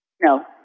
No